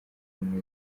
ubumwe